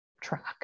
track